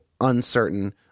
uncertain